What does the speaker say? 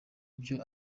byo